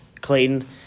Clayton